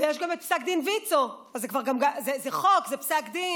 ויש גם את פסק דין ויצ"ו, אז זה חוק, זה פסק דין,